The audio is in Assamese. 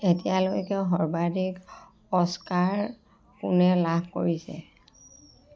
এতিয়ালৈকে সৰ্বাধিক অস্কাৰ কোনে লাভ কৰিছে